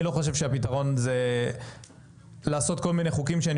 אני לא חושב שהפתרון זה לעשות כל מיני חוקים שאני